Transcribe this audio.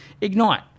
Ignite